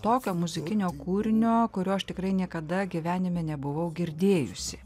tokio muzikinio kūrinio kurio aš tikrai niekada gyvenime nebuvau girdėjusi